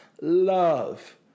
love